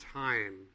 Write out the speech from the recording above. time